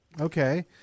Okay